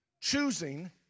Choosing